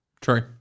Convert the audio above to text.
True